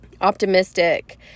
optimistic